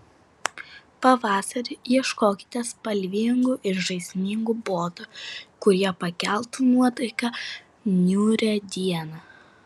pavasarį ieškokite spalvingų ir žaismingų botų kurie pakeltų nuotaiką niūrią dieną